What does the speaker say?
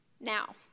Now